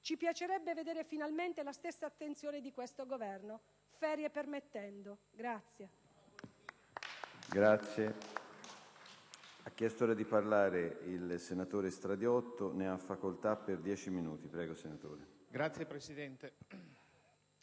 Ci piacerebbe vedere finalmente la stessa attenzione di questo Governo, ferie permettendo.